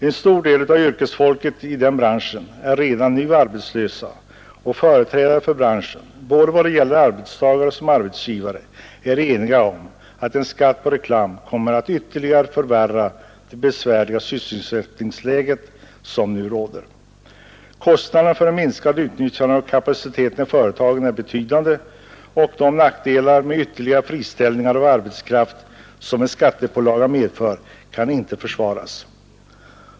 En stor del av yrkesfolket i den grafiska branschen är redan nu arbetslös, och företrädare för branschen, både arbetstagare och arbetsgivare, är eniga om att en skatt på reklam kommer att ytterligare förvärra sysselsättningsläget. Kostnaderna för ett minskat utnyttjande av kapaciteten i företagen är betydande, och de nackdelar med ytterligare friställningar av arbetskraft som en skattepålaga medför kan inte försvaras.